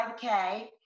5K